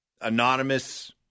anonymous